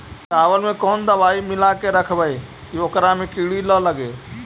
चावल में कोन दबाइ मिला के रखबै कि ओकरा में किड़ी ल लगे?